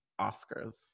Oscars